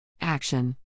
Action